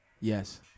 Yes